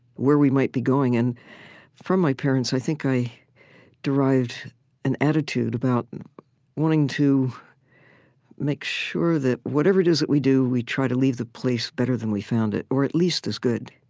where we might be going and from my parents, i think i derived an attitude about wanting to make sure that whatever it is that we do, we try to leave the place better than we found it, or at least as good.